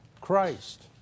Christ